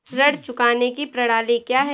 ऋण चुकाने की प्रणाली क्या है?